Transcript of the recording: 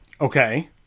okay